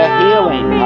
healing